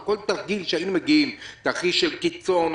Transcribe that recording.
לכל תרחיש של קיצון,